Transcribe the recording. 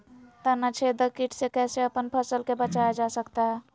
तनाछेदक किट से कैसे अपन फसल के बचाया जा सकता हैं?